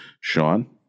Sean